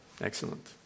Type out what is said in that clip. Excellent